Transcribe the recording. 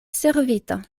servita